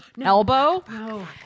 elbow